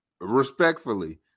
respectfully